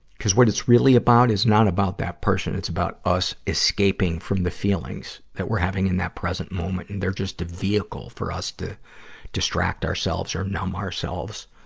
cuz what it's really about is not about that person. it's about us escaping from the feelings that we're having in the present moment. and they're just a vehicle for us to distract ourselves or numb ourselves.